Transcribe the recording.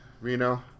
Reno